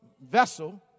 vessel